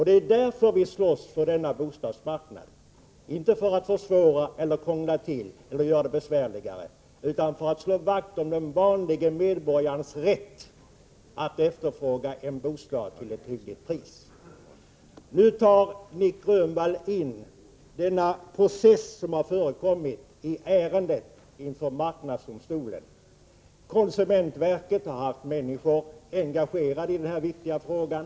Det är därför vi slåss för denna bostadsmarknad, inte för att försvåra eller krångla till utan för att slå vakt om den vanlige medborgarens rätt att efterfråga en bostad till ett hyggligt pris. Nic Grönvall berör nu den process som har förekommit i ärendet inför marknadsdomstolen. Konsumentverket har haft människor engagerade i denna viktiga fråga.